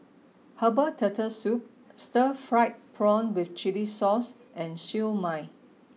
Herbal Turtle Soup Stir Fried Prawn With Chili Sauce and Siew Mai